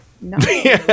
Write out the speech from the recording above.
no